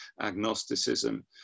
agnosticism